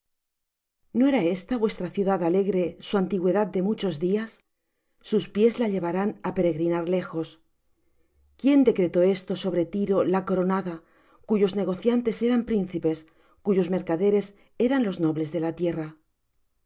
no era ésta vuestra ciudad alegre su antigüedad de muchos días sus pies la llevarán á peregrinar lejos quién decretó esto sobre tiro la coronada cuyos negociantes eran príncipes cuyos mercaderes eran los nobles de la tierra